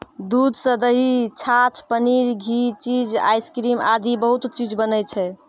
दूध सॅ दही, छाछ, पनीर, घी, चीज, आइसक्रीम आदि बहुत चीज बनै छै